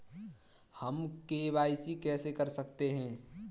हम के.वाई.सी कैसे कर सकते हैं?